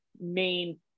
main